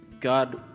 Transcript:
God